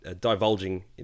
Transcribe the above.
divulging